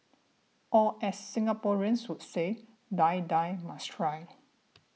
or as Singaporeans would say Die Die must try